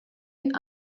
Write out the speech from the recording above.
yng